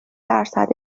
درصد